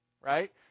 right